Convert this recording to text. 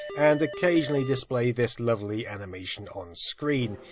and occasionally display this lovely animation on screen.